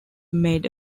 made